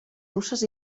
russes